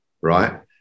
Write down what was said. right